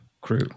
crew